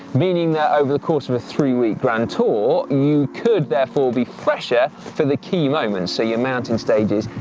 meaning that over the course of a three week grand tour, you could, therefore, be fresher for the key moments, so your mountain stages,